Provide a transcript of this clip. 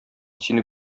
сине